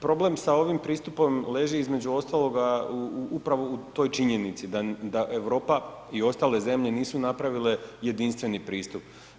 Problem sa ovim pristupom leži između ostaloga upravo u toj činjenici da Europa i ostale zemlje nisu napravile jedinstveni pristup.